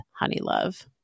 Honeylove